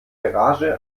garage